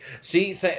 see